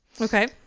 Okay